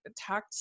talk